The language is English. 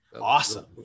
awesome